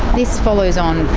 this follows on